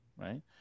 right